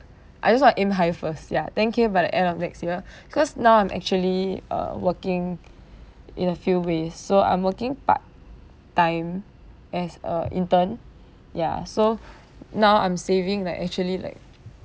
I just want to aim higher first ya ten K by the end of next year cause now I'm actually uh working in a few ways so I'm working part time as a intern ya so now I'm saving like actually like